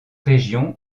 région